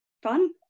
fun